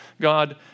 God